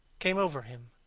came over him.